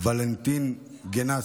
ולנטין גנסיה.